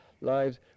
lives